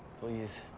please.